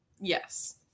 yes